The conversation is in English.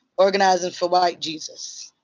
organizing for white jesus.